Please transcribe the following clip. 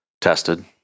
tested